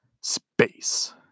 space